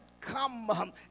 come